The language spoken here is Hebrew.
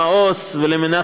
מיליון,